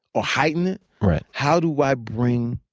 or heighten it. how do i bring